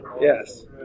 Yes